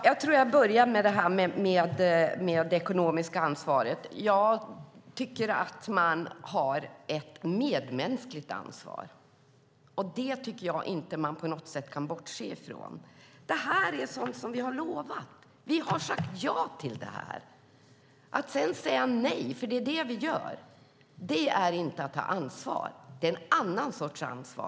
Fru talman! Jag tror att jag börjar med det ekonomiska ansvaret. Jag tycker att man har ett medmänskligt ansvar. Det tycker jag inte att man kan bortse från på något sätt. Detta är sådant som vi har lovat. Vi har sagt ja till detta. Att sedan säga nej - det är det vi gör - är inte att ta ansvar. Det är en annan sorts ansvar.